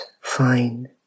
fine